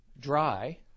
Dry